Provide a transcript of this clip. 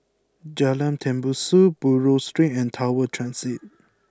Jalan Tembusu Buroh Street and Tower Transit